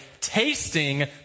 tasting